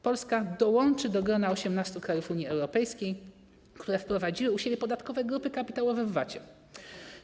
Polska dołączy do grona 18 krajów Unii Europejskiej, które wprowadziły u siebie podatkowe grupy kapitałowe w zakresie VAT.